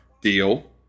deal